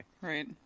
Right